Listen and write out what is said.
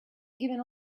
given